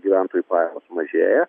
gyventojų pajamos mažėja